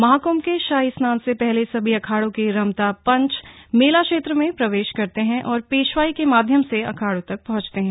महाकृंभ के शाही स्नान से पहले सभी अखाड़ों के रमता पंच मेला क्षेत्र में प्रवेश करते हैं और पेशवाई के माध्यम से अखाड़ों तक पहंचते हैं